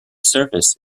surface